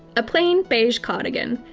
a plain, beige cardigan.